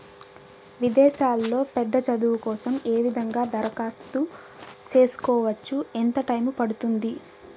విదేశాల్లో పెద్ద చదువు కోసం ఏ విధంగా దరఖాస్తు సేసుకోవచ్చు? ఎంత టైము పడుతుంది?